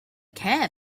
care